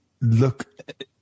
look